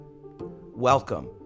welcome